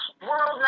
World